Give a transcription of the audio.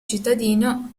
cittadino